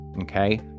Okay